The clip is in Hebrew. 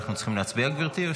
אנחנו צריכים להצביע, גברתי?